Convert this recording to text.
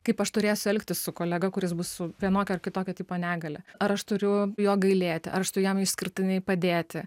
kaip aš turėsiu elgtis su kolega kuris bus su vienokio ar kitokio tipo negalia ar aš turiu jo gailėti ar aš turiu jam išskirtiniai padėti